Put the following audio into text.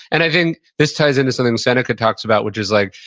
and i think this ties into something seneca talks about, which is like,